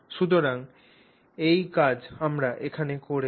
সুতরাং এই কাজ আমরা এখানে করেছি